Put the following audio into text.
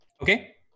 Okay